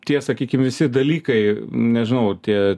tie sakykim visi dalykai nežinau tie